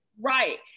right